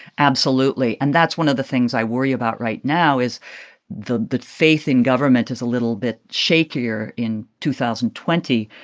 absolutely. and that's one of the things i worry about right now is the the faith in government is a little bit shakier in two thousand and twenty.